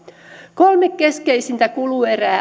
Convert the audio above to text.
kolme keskeisintä kuluerää